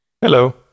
Hello